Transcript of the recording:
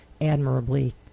admirably